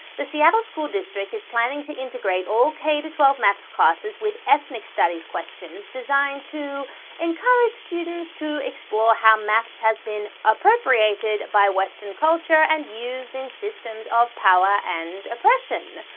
the seattle school district is planning to integrate all k twelve maths classes with ethnic-studies questions, designed to encourage students to explore how maths has been appropriated by western culture and used in systems of power and oppression.